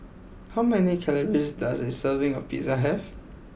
how many calories does a serving of Pizza have